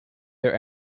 their